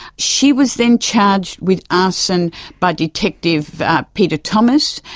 she was then charged with arson by detective peter thomas,